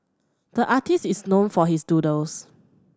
the artist is known for his doodles